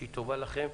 שהיא טובה לכם,